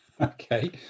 Okay